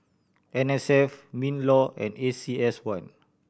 N S F MinLaw and A C S Y